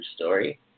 story